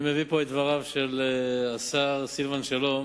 אני מביא פה את דבריו של השר סילבן שלום